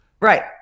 Right